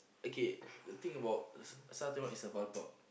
okay the thing about s~ SAR-twenty-one is the